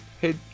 hey